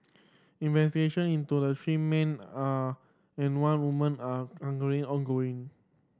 investigation into the three men are and one woman are angry ongoing